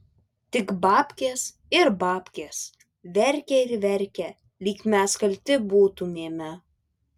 tik babkės ir babkės verkia ir verkia lyg mes kalti būtumėme